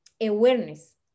awareness